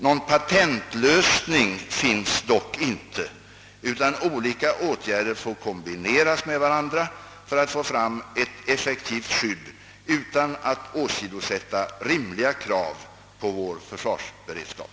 Någon patentlösning finns dock inte, utan olika åtgärder får kombineras med varandra för att få fram ett effektivt skydd utan att åsidosätta rimliga krav på vår försvarsberedskap.